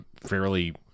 fairly